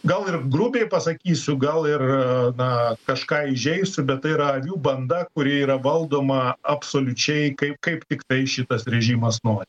gal ir grubiai pasakysiu gal ir na kažką įžeisiu bet tai yra avių banda kuri yra valdoma absoliučiai kai kaip tiktai šitas režimas nori